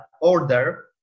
order